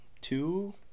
two